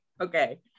Okay